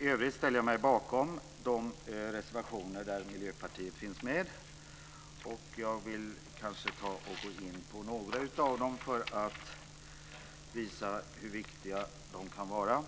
I övrigt ställer jag mig bakom de reservationer där Miljöpartiet finns med. Jag vill gå in på några av dem för att visa hur viktiga de kan vara.